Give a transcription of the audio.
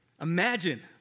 Imagine